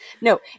No